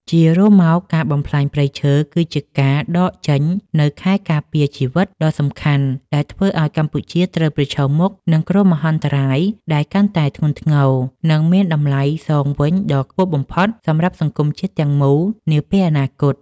ជារួមមក ការបំផ្លាញព្រៃឈើគឺជាការដកចេញនូវខែលការពារជីវិតដ៏សំខាន់ ដែលធ្វើឱ្យកម្ពុជាត្រូវប្រឈមមុខនឹងគ្រោះមហន្តរាយដែលកាន់តែធ្ងន់ធ្ងរ និងមានតម្លៃសងវិញដ៏ខ្ពស់បំផុតសម្រាប់សង្គមជាតិទាំងមូលនាពេលអនាគត។